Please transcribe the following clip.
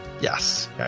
Yes